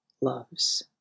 loves